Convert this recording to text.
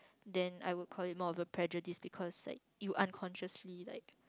then I will call it more of a prejudice because like you unconsciously like